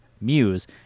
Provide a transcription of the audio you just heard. Muse